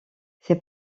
ses